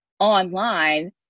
online